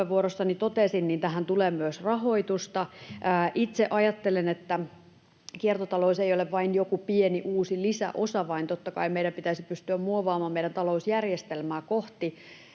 tähän tulee myös rahoitusta. Itse ajattelen, että kiertotalous ei ole vain joku pieni uusi lisäosa, vaan totta kai meidän pitäisi pystyä muovaamaan meidän talousjärjestelmää kohti